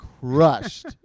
crushed